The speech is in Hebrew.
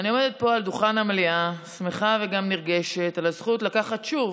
אני עומדת פה על דוכן המליאה שמחה וגם נרגשת על הזכות לקחת חלק שוב,